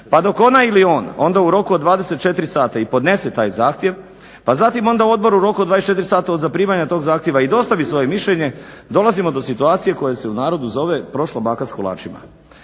pa dok ona ili on onda u roku od 24 sata i podnese taj zahtjev, pa zatim onda Odbor u roku od 24 sata od zaprimanja tog zahtjeva i dostavi svoje mišljenje dolazimo do situacije koja se u narodu zove „prošla baka s kolačima“.